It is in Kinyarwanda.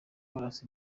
barasa